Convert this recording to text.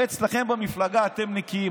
הרי אצלכם במפלגה אתם נקיים,